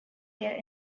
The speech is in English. their